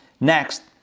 Next